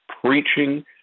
preaching